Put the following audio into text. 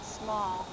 small